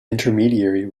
intermediary